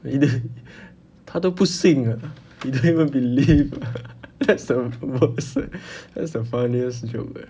他都不信的 he don't even believe that's the most that's the funniest joke eh